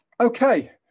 Okay